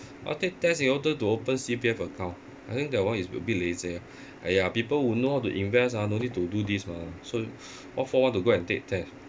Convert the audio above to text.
must take test in order to open C_P_F account I think that one is a bit leceh ah !aiya! people who know to invest ah no need to do this mah so what for want to go and take test